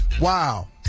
Wow